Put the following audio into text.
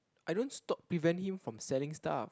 I don't stop prevent him from selling stuff